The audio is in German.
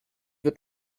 wird